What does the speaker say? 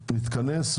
נתכנס.